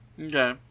Okay